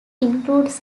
includes